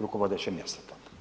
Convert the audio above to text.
rukovodeće mjesto to.